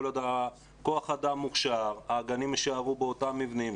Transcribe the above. עוד כוח האדם מוכשר הגנים יישארו באותם מבנים,